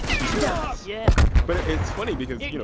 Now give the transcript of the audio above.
do some studies yeah but it is funny because, you you know.